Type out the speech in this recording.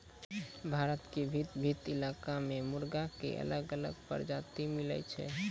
भारत के भिन्न भिन्न इलाका मॅ मुर्गा के अलग अलग प्रजाति मिलै छै